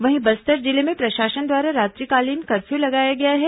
वहीं बस्तर जिले में प्रशासन द्वारा रात्रिकालीन कर्फ्यू लगाया गया है